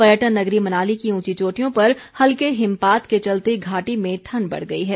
पर्यटन नगरी मनाली की ऊंची चोटियों पर हल्के हिमपात के चलते घाटी में ठण्ड बढ़ गई है